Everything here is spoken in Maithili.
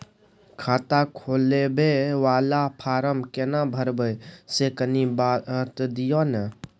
खाता खोलैबय वाला फारम केना भरबै से कनी बात दिय न?